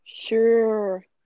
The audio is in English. Sure